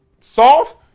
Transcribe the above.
soft